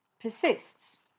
persists